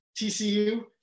TCU